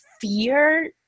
fear